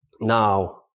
Now